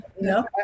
no